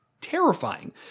terrifying